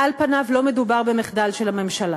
פניו לא מדובר במחדל של הממשלה,